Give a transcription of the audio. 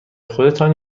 خودتان